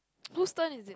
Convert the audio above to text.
whose turn is it